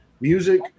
music